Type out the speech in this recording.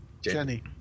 Jenny